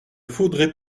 faudrait